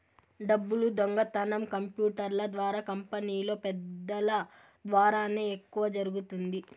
డబ్బులు దొంగతనం కంప్యూటర్ల ద్వారా కంపెనీలో పెద్దల ద్వారానే ఎక్కువ జరుగుతుంది